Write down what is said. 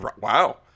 Wow